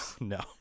no